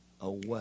away